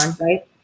right